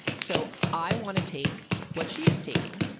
so i want to take what she is taking.